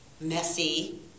messy